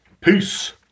Peace